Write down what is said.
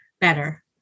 better